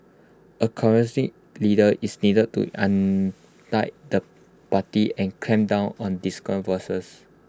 A leader is needed to unite the party and clamp down on discordant voices